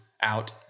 out